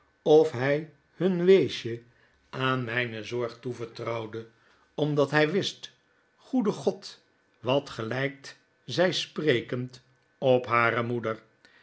of hy hun weesje aan myne zorg toevertrouwde omdat hy wist g-oede god wat gelykt zy sprekend op hare moeder